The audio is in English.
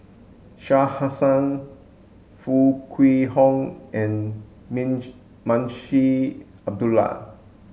Shah Hussain Foo Kwee Horng and Munshi Abdullah